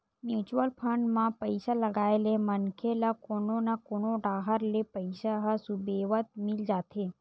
mutual fund म पइसा लगाए ले मनखे ल कोनो न कोनो डाहर ले पइसा ह सुबेवत मिल जाथे